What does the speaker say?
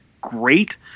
Great